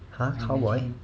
!huh! cowboy